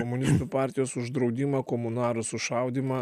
komunistų partijos uždraudimą komunarų sušaudymą